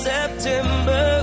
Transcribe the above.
September